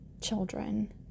children